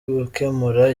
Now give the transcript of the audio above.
gukemura